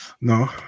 No